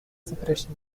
separation